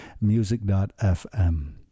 Music.fm